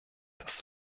das